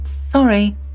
Sorry